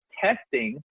testing